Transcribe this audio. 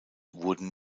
wurden